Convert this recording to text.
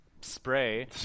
spray